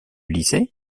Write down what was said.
lycée